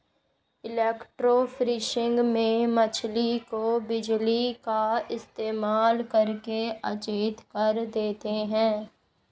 electrofishing में मछली को बिजली का इस्तेमाल करके अचेत कर देते हैं